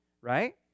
right